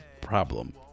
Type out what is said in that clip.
problem